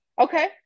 Okay